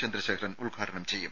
ചന്ദ്രശേഖരൻ ഉദ്ഘാടനം ചെയ്യും